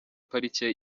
parike